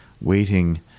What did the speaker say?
waiting